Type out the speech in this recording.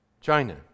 China